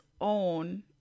own